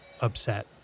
upset